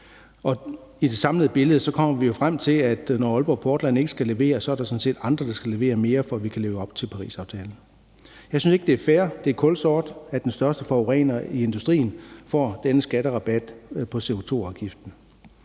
I det samlede billede kommer vi jo så frem til, at når Aalborg Portland ikke skal levere, er der andre, der skal levere mere, for at vi kan leve op til Parisaftalen. Jeg synes ikke, det er fair – det er kulsort – at den største forurener i industrien får denne skatterabat på CO2-afgiften.